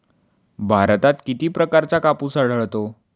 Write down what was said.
भारतात किती प्रकारचा कापूस आढळतो?